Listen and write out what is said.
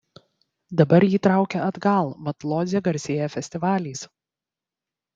dabar jį traukia atgal mat lodzė garsėja festivaliais